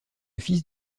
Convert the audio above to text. fils